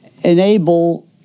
enable